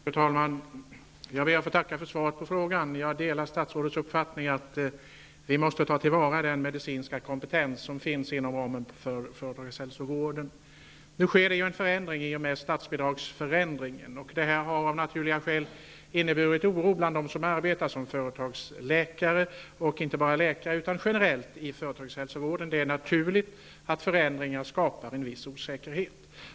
Fru talman! Jag ber att få tacka för svaret på frågan. Jag delar statsrådets uppfattning att vi måste ta till vara den medicinska kompetens som finns inom ramen för företagshälsovården. Nu sker en förändring i och med att det skall ske en förändring av statsbidragen. Det här har av naturliga skäl utgjort en källa till oro för dem som arbetar som företagsläkare —- inte bara för dem utan även generellt inom företagshälsovården. Det är naturligt att förändringar skapar en viss osäkerhet.